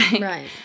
right